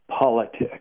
politics